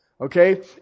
Okay